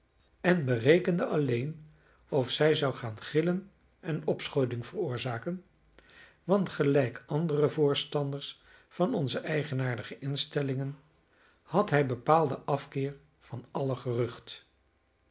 en berekende alleen of zij zou gaan gillen en opschudding veroorzaken want gelijk andere voorstanders van onze eigenaardige instellingen had hij bepaalden afkeer van alle gerucht